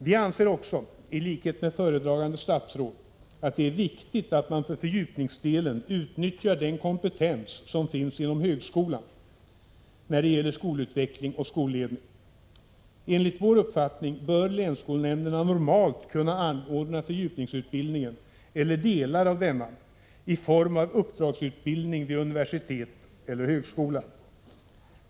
Vi anser också, i likhet med föredragande statsråd, att det är viktigt att man för fördjupningsdelen utnyttjar den kompetens som finns inom högskolan när det gäller skolutveckling och skolledning. Enligt vår uppfattning bör länsskolnämnderna normalt kunna anordna fördjupningsutbildningen, eller delar av denna, i form av uppdragsutbildning vid universitet eller högskola.